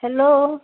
hello